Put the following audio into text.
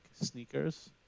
sneakers